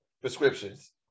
prescriptions